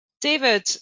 David